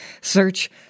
Search